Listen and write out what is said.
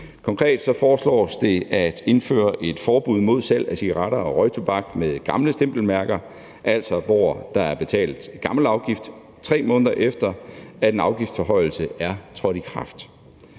Konkret foreslås det at indføre et forbud mod salg af cigaretter og røgtobak med gamle stempelmærker – altså hvor der er betalt gammel afgift – 3 måneder efter at en afgiftsforhøjelse er trådt i kraft.